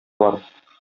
бар